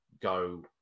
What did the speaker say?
go